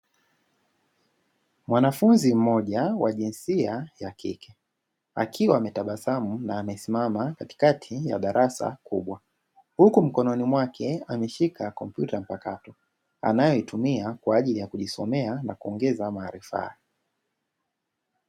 Mwanafunzi mmoja wa jinsia ya kike akiwa ametabasamu na amesimama katikati ya darasa kubwa, huku mkononi mwake ameshika kompyuta mpakato anayoitumia kwa ajili ya kujisomea na kuongeza maarifa.